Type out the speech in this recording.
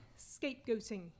scapegoating